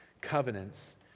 covenants